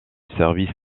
service